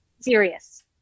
serious